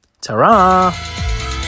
Ta-ra